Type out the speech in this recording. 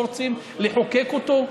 לא רוצים לחוקק אותו?